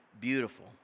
beautiful